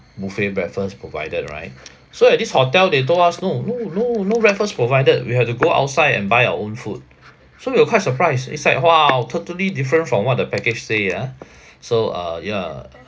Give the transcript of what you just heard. buffet breakfast provided right so at this hotel they told us no no no no breakfast provided we have to go outside and buy our own food so we were quite surprised it's like !wow! totally different from what the package say ah so uh yeah